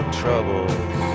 troubles